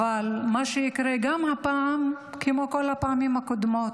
אבל מה שיקרה גם הפעם, כמו כל הפעמים הקודמות,